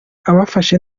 abafashe